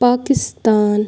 Pakistan